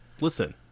Listen